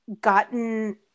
gotten